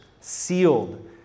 sealed